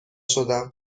شدم